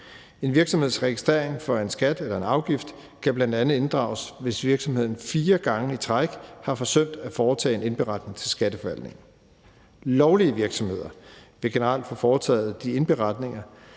En virksomheds registrering for en skat eller afgift kan bl.a. inddrages, hvis virksomheden fire gange i træk har forsømt at foretage en indberetning til Skatteforvaltningen. Lovlige virksomheder vil generelt foretage de indberetninger,